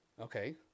Okay